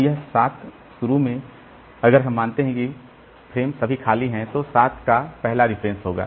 तो यह 7 शुरू में अगर हम मानते हैं कि फ्रेम सभी खाली हैं तो 7 का पहला रेफरेंस होगा